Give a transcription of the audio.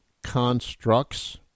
Constructs